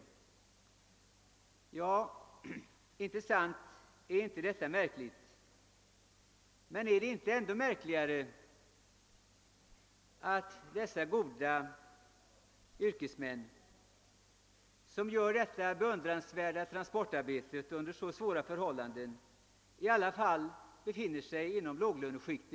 Ja, är det inte märkligt? Men är det inte ännu märkligare att dessa goda yrkesmän, som gör ett så beundransvärt transportarbete under så svåra förhållanden, befinner sig i vårt samhälles låglöneskikt?